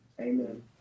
Amen